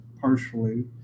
partially